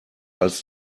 als